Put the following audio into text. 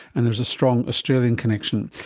and there's a strong australian connection.